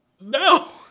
No